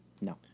no